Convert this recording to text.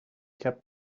kept